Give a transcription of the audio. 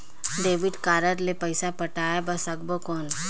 Debit card ले पइसा पटाय बार सकबो कौन?